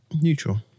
Neutral